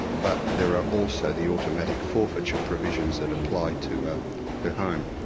but there are also the automatic forfeiture provisions that apply to her home,